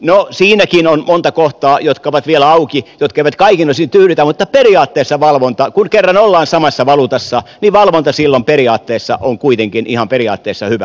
no siinäkin on monta kohtaa jotka ovat vielä auki jotka eivät kaikin osin tyydytä mutta periaatteessa valvonta kun kerran ollaan samassa valuutassa on kuitenkin ihan hyvä